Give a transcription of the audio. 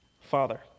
Father